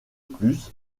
plus